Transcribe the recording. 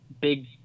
big